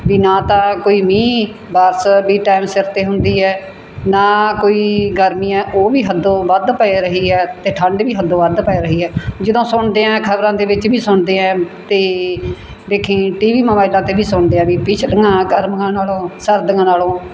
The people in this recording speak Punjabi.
ਵੀ ਨਾ ਤਾਂ ਕੋਈ ਮੀਂਹ ਬਾਰਿਸ਼ ਵੀ ਟਾਈਮ ਸਿਰ 'ਤੇ ਹੁੰਦੀ ਹੈ ਨਾ ਕੋਈ ਗਰਮੀਆਂ ਉਹ ਵੀ ਹੱਦੋਂ ਵੱਧ ਪੈ ਰਹੀ ਹੈ ਅਤੇ ਠੰਡ ਵੀ ਹੱਦੋਂ ਵੱਧ ਪੈ ਰਹੀ ਹੈ ਜਦੋਂ ਸੁਣਦੇ ਹਾਂ ਖਬਰਾਂ ਦੇ ਵਿੱਚ ਵੀ ਸੁਣਦੇ ਹਾਂ ਅਤੇ ਦੇਖੇ ਟੀਵੀ ਮੋਬਾਈਲਾਂ 'ਤੇ ਵੀ ਸੁਣਦੇ ਆ ਵੀ ਪਿਛਲੀਆਂ ਗਰਮੀਆਂ ਨਾਲੋਂ ਸਰਦੀਆਂ ਨਾਲੋਂ